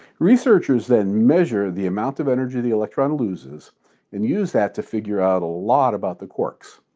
researchers then measure the amount of energy the electron loses and use that to figure out a lot about the quarks.